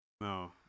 No